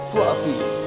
Fluffy